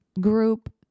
group